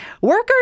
Workers